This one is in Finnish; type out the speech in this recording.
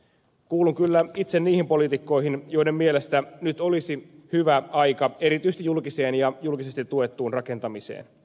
kuulun kyllä itse niihin poliitikkoihin joiden mielestä nyt olisi hyvä aika erityisesti julkiseen ja julkisesti tuettuun rakentamiseen